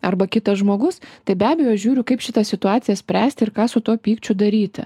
arba kitas žmogus tai be abejo aš žiūriu kaip šitą situaciją spręsti ir ką su tuo pykčiu daryti